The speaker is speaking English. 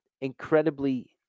incredibly